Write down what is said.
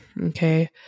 Okay